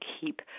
keep